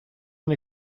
and